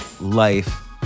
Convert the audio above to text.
life